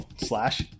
slash